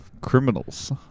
criminals